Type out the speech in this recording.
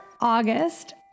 August